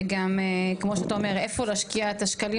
וגם כמו שאתה אומר איפה להשקיע את השקלים